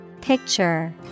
Picture